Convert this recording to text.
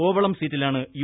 കോവളം സീറ്റിലാണ് യു